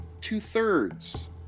two-thirds